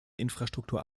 infrastruktur